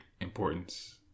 importance